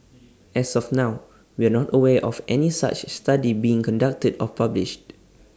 as of now we are not aware of any such study being conducted or published